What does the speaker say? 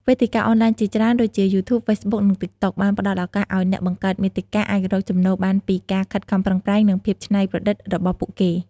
វេទិកាអនឡាញជាច្រើន ដូចជា យូធូប ហ្វេសប៊ុក និង តិកតុក បានផ្តល់ឱកាសឲ្យអ្នកបង្កើតមាតិកាអាចរកចំណូលបានពីការខិតខំប្រឹងប្រែង និងភាពច្នៃប្រឌិតរបស់ពួកគេ។